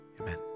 Amen